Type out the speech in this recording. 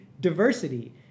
diversity